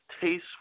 taste